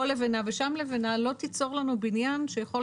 פה לבנה ושם לבנה לא תיצור לנו בניין שיכול